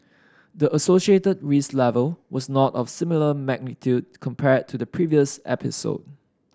the associated risk level was not of similar magnitude compared to the previous episode